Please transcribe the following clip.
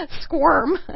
Squirm